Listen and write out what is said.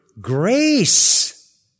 grace